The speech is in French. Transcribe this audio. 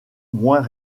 moins